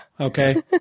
Okay